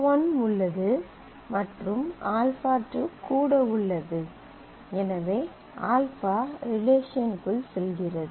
α1 உள்ளது மற்றும் α2 கூட உள்ளது எனவே α ரிலேஷன்க்குள் செல்கிறது